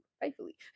thankfully